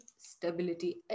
stability